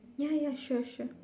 ya ya sure sure